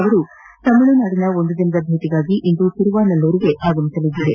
ಅವರು ತಮಿಳುನಾಡಿನ ಒಂದು ದಿನದ ಭೇಟಗಾಗಿ ಇಂದು ತಿರುವಾನಲ್ಲೂರಿಗೆ ಆಗಮಿಸಲಿದ್ದಾರೆ